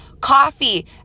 coffee